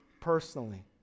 personally